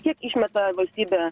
kiek išmeta valstybė